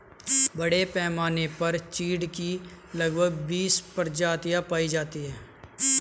बड़े पैमाने पर चीढ की लगभग बीस प्रजातियां पाई जाती है